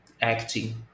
acting